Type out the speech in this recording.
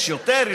יש יותר,